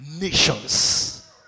nations